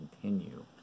continue